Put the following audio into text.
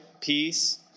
peace